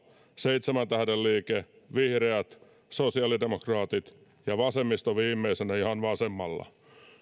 seitsemän tähden liike vihreät sosiaalidemokraatit ja vasemmisto viimeisenä ihan vasemmalla